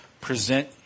present